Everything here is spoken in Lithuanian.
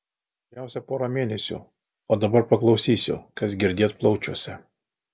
mažiausia porą mėnesių o dabar paklausysiu kas girdėt plaučiuose